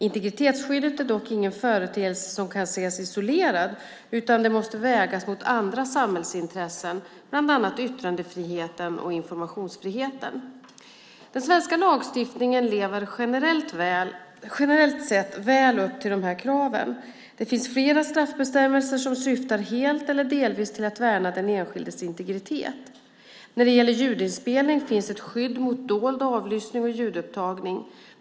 Integritetsskyddet är dock ingen företeelse som kan ses isolerad, utan det måste vägas mot andra samhällsintressen, bland annat yttrandefriheten och informationsfriheten. Den svenska lagstiftningen lever generellt sett väl upp till dessa krav. Det finns flera straffbestämmelser som syftar helt eller delvis till att värna den enskildes integritet. När det gäller ljudinspelning finns ett skydd mot dold avlyssning och ljudupptagning.